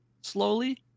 slowly